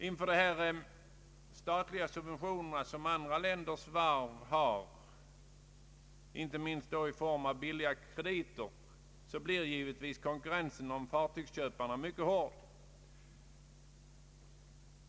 På grund av de statliga subventioner som andra länders varv har, inte minst i form av billiga krediter, blir givetvis konkurrensen om fartygsköparna mycket hård.